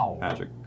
Magic